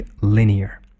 linear